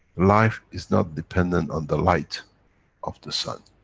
life is not dependent on the light of the sun.